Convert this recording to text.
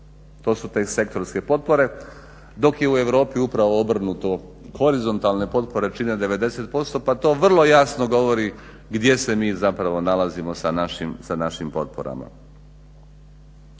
to su te sektorske potpore, dok je u Europi upravo obrnuto, horizontalne potpore čine 90% pa to vrlo jasno govori gdje se mi zapravo nalazimo sa našim potporama.